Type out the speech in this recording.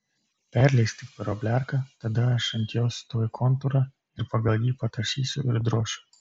perleisk tik per obliarką tada aš ant jos tuoj kontūrą ir pagal jį patašysiu ir drošiu